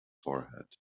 forehead